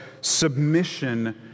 submission